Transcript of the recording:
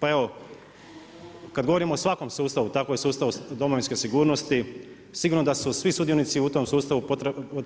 Pa evo kad govorimo o svakom sustavu, tako i sustavu domovinske sigurnosti, sigurno da su svi sudionici u tom sustavu,